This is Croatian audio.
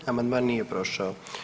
Amandman nije prošao.